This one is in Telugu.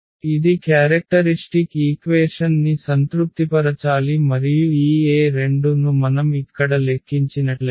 ఇది క్యారెక్టరిష్టిక్ ఈక్వేషన్ ని సంతృప్తిపరచాలి మరియు ఈ A2 ను మనం ఇక్కడ లెక్కించినట్లయితే